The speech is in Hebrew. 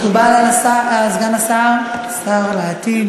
מקובל על סגן השר, שר לעתיד?